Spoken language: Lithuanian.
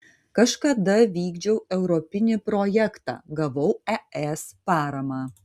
kažkada vykdžiau europinį projektą gavau es paramą